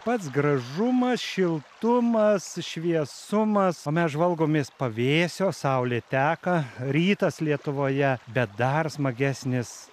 pats gražumas šiltumas šviesumas o mes žvalgomės pavėsio saulė teka rytas lietuvoje bet dar smagesnis